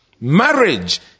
Marriage